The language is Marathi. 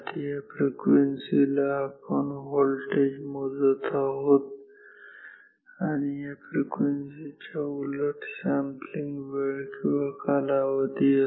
या फ्रिक्वेन्सी ला आपण व्होल्टेज मोजत आहोत आणि या फ्रिक्वेन्सी च्या उलट सॅम्पलिंग वेळ किंवा कालावधी असतो